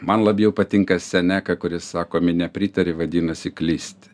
man labiau patinka seneka kuris sako minia pritaria vadinasi klysti